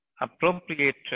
appropriate